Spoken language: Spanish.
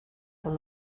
con